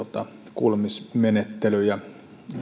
kuulemismenettelyjä